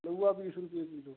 महुआ बीस रुपये किलो